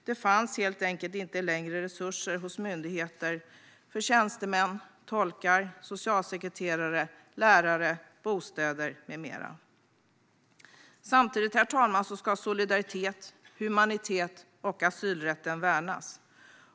Det fanns helt enkelt inte längre resurser hos myndigheterna för tjänstemän, tolkar, socialsekreterare, lärare, bostäder med mera. Herr talman! Samtidigt ska solidariteten, humaniteten och asylrätten värnas.